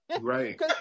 right